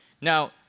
Now